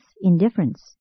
indifference